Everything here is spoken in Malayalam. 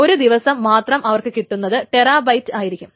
ഒരു ദിവസം മാത്രം അവർക്ക് കിട്ടുന്നത് ടെറാ ബൈറ്റ് ആയിരിക്കും